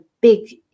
big